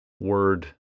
word